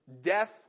Death